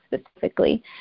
specifically